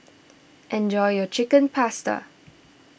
enjoy your Chicken Pasta